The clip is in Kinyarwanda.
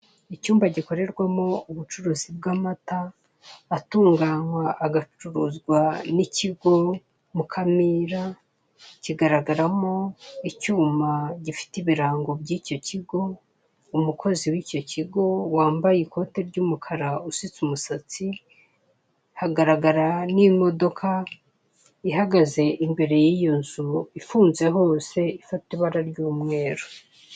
Icyumba gikorerwamo ubucuruzi bw'amata atunganywa agacuruzwa n'ikigo Mukamira kigaragaramo icyuma gifite ibirango bw'icyo kigo umukozi w'icyo kigo wambaye ikote ry'umukara usutse umusatsi hagara n'imodoka ihagaze imbere y'iyo nzu ifunze hose ifite ibara ry'umweru.